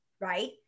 Right